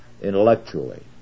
intellectually